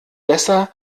besser